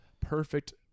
perfect